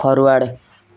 forward